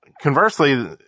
conversely